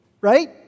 right